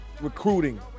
recruiting